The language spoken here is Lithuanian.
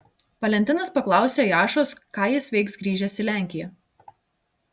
valentinas paklausė jašos ką jis veiks grįžęs į lenkiją